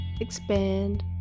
expand